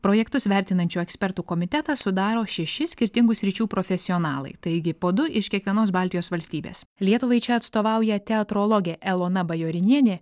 projektus vertinančių ekspertų komitetą sudaro šeši skirtingų sričių profesionalai taigi po du iš kiekvienos baltijos valstybės lietuvai čia atstovauja teatrologė elona bajorinienė